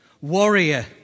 warrior